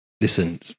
Listen